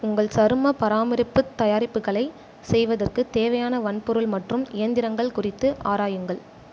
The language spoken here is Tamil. உங்கள் சருமப் பராமரிப்புத் தயாரிப்புகளைச் செய்வதற்குத் தேவையான வன்பொருள் மற்றும் இயந்திரங்கள் குறித்து ஆராயுங்கள்